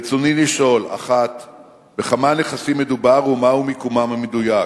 ברצוני לשאול: 1. בכמה נכסים מדובר ומה הוא מיקומם המדויק?